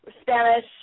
Spanish